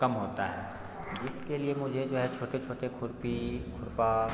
कम होता है जिसके लिए मुझे जो है छोटे छोटे खुरपी खुरपा